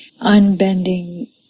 unbending